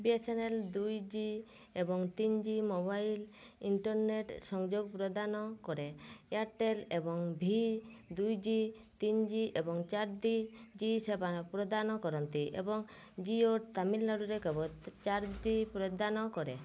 ବି S N L ଦୁଇଜି ଏବଂ ତିନିଜି ମୋବାଇଲ୍ ଇଣ୍ଟରନେଟ୍ ସଂଯୋଗ ପ୍ରଦାନ କରେ ଏୟାର୍ଟେଲ୍ ଏବଂ ଭି ଦୁଇଜି ତିନିଜି ଏବଂ ଚାରିଜି ସେବା ପ୍ରଦାନ କରନ୍ତି ଏବଂ ଜିଓ ତାମିଲନାଡ଼ୁରେ କେବଳ ଚାରିଜି ପ୍ରଦାନ କରେ